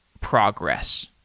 progress